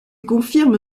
confirme